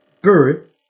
birth